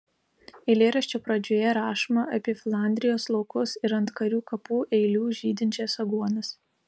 eilėraščio pradžioje rašoma apie flandrijos laukus ir ant karių kapų eilių žydinčias aguonas